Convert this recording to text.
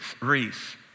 Reese